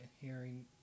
hearing